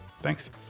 thanks